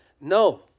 No